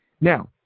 Now